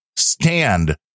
stand